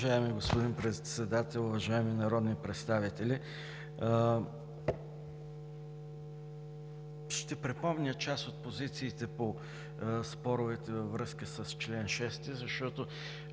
Уважаеми господин Председател, уважаеми народни представители! Ще припомня част от позициите по споровете във връзка с чл. 6, защото